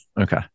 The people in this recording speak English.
Okay